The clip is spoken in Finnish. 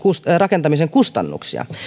rakentamisen kustannuksia